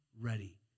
ready